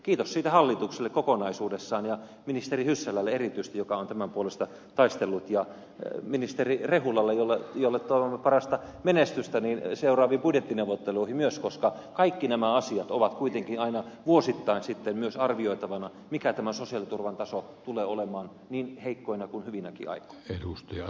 kiitos siitä hallitukselle kokonaisuudessaan ja erityisesti ministeri hyssälälle joka on tämän puolesta taistellut ja ministeri rehulalle jolle toivomme parasta menestystä seuraaviin budjettineuvotteluihin myös koska kaikki nämä asiat ovat kuitenkin aina vuosittain myös arvioitavina mikä tämän sosiaaliturvan taso tulee olemaan niin heikkoina kuin hyvinäkin aikoina